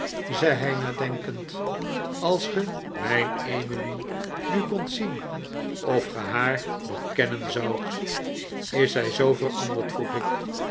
zei hij nadenkend als ge mijn emily nu kondt zien of ge haar nog kennen zoudt is zij zoo veranderd vroeg ik